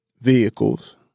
vehicles